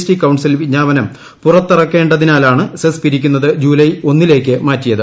T council വിജ്ഞാപനം പുറത്തിറക്കേണ്ടതിനാലാണ് cess പിരിക്കുന്നത് ജൂലൈ ഒന്നിലേയ്ക്ക് മാറ്റിയത്